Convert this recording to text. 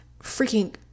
Freaking